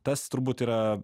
tas turbūt yra